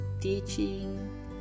teaching